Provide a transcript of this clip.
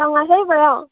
অঁ